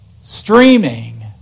streaming